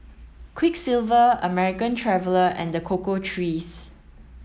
Quiksilver American Traveller and the Cocoa Trees